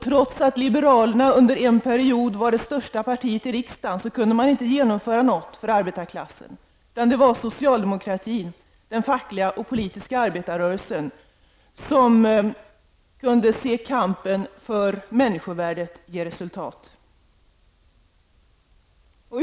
Trots att liberalerna under en period var det största partiet i riksdagen kunde man inte genomföra något för arbetarklassen, utan det var socialdemokratin, den fackliga och den politiska arbetarrörelsen, som kunde se kampen för människovärdet ge resultat.